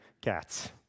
cats